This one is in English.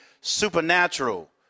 supernatural